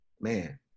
man